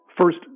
first